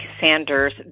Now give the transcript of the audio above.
Sanders